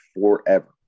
forever